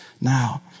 now